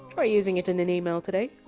try using it in an email today